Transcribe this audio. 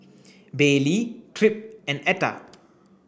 Baylee Tripp and Etta